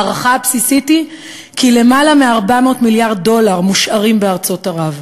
ההערכה הבסיסית היא כי למעלה מ-400 מיליארד דולר מושארים בארצות ערב.